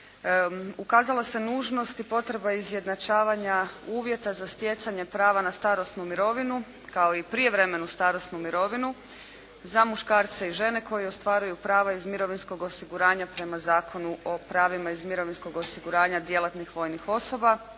ukazala se nužnost i potreba izjednačavanja uvjeta za stjecanje prava na starosnu mirovinu kao i prijevremenu starosnu mirovinu za muškarce i žene koji ostvaruju prava iz mirovinskog osiguranja prema Zakonu o pravima iz mirovinskog osiguranja djelatnih vojnih osoba,